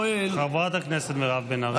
חברת הכנסת מירב בן ארי.